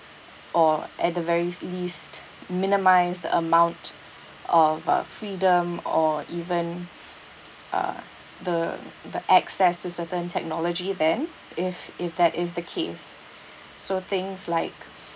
or at the very least minimise the amount of our freedom or even uh the the access to certain technology then if if that is the case so things like